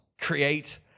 create